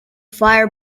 fire